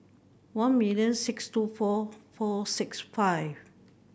one million six two four four six five